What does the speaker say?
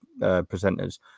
presenters